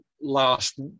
last